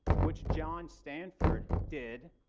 which john stanford did,